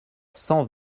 cent